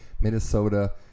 Minnesota